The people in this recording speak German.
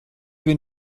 wir